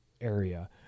area